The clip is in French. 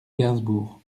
gainsbourg